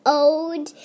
old